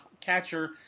catcher